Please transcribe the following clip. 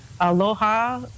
Aloha